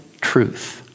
truth